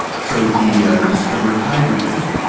so he ah discovered hydrogen.